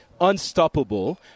unstoppable